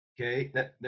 Okay